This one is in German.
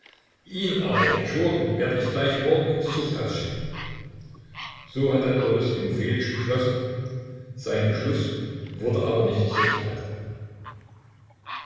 ihn aber den schurken werde ich gleich morgen ins zuchthaus schicken so hatte boris timofejitsch beschlossen sein beschluß wurde aber nicht zur tat